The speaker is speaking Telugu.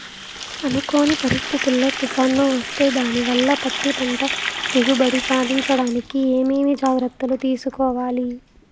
అనుకోని పరిస్థితుల్లో తుఫాను వస్తే దానివల్ల పత్తి పంట దిగుబడి సాధించడానికి ఏమేమి జాగ్రత్తలు తీసుకోవాలి?